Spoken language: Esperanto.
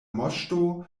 moŝto